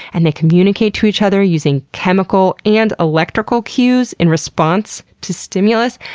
and they communicate to each other using chemical and electrical cues in response to stimulus,